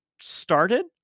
started